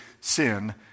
sin